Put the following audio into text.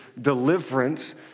deliverance